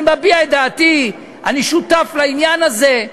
אני מביע את דעתי, אני שותף לעניין הזה.